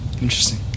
Interesting